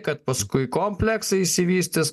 kad paskui kompleksai išsivystys